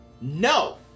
No